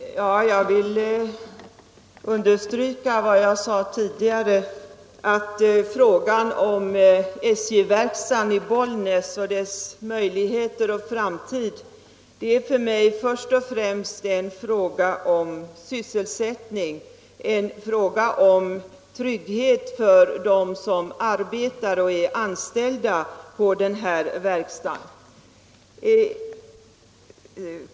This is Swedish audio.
Herr talman! Jag vill understryka vad jag sade tidigare, nämligen att frågan om SJ-verkstaden i Bollnäs och dess möjligheter och framtid för mig först och främst gäller sysselsättning och trygghet för dem som är anställda på verkstaden.